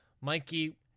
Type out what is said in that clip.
Mikey